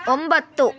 ಒಂಬತ್ತು